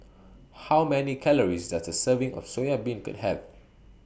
How Many Calories Does A Serving of Soya Beancurd Have